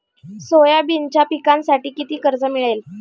सोयाबीनच्या पिकांसाठी किती कर्ज मिळेल?